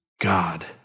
God